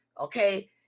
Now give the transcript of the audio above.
okay